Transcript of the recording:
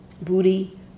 booty